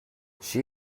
she